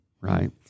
right